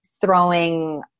throwing